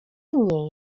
nie